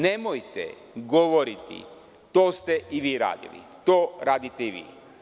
Nemojte govoriti – to ste i vi radili, to radite i vi.